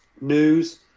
news